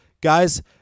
Guys